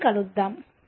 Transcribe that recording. మళ్ళీ కలుద్దాం